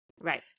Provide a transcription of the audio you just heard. Right